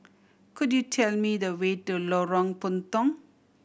could you tell me the way to Lorong Puntong